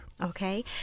Okay